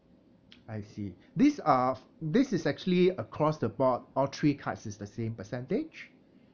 I see this uh this is actually across the board all three cards is the same percentage